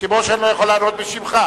כמו שאני לא יכול לענות בשמך.